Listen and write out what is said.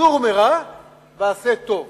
"סור מרע ועשה טוב".